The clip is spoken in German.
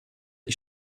ich